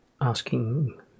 asking